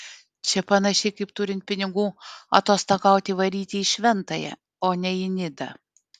čia panašiai kaip turint pinigų atostogauti varyti į šventąją o ne į nidą